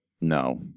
no